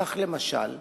כך, למשל,